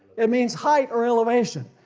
it means height or elevation.